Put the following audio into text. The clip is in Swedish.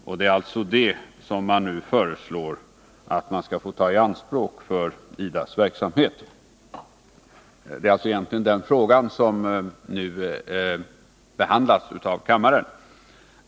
Vad regeringen nu begär är alltså att få ta i anspråk dessa medel för IDA:s verksamhet. Det är alltså egentligen den frågan som nu behandlas av kammaren.